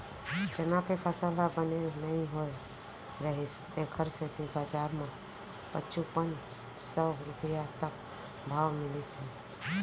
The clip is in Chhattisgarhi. चना के फसल ह बने नइ होए रहिस तेखर सेती बजार म पचुपन सव रूपिया तक भाव मिलिस हे